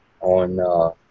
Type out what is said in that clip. on